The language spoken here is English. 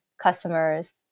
customers